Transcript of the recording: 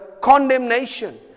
condemnation